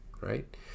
right